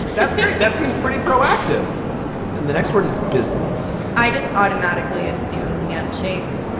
that's great. that seems pretty proactive in the next word is business. i just automatically assume handshake